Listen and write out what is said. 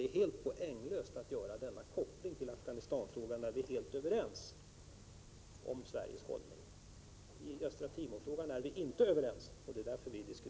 Det är helt poänglöst att göra kopplingen till Afghanistanfrågan, där vi är helt överens om Sveriges hållning. I frågan om Östra Timor är vi inte överens, och det är därför vi diskuterar den.